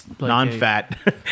Non-fat